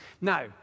Now